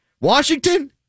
Washington